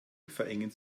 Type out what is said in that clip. verengen